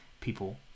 people